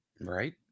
right